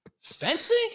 Fencing